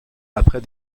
après